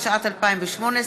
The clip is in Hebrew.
התשע"ה 2015,